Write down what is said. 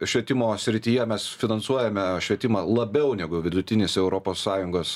švietimo srityje mes finansuojame švietimą labiau negu vidutinis europos sąjungos